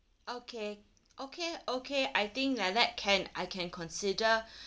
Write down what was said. okay okay okay I think like that can I can consider